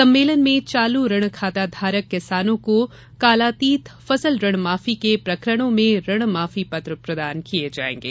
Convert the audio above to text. सम्मेलन में चालू ऋण खाता धारक किसानों को कालातीत फसल ऋण माफी के प्रकरणों में ऋण माफी पत्र प्रदान किये जाएंगे